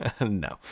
No